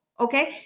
Okay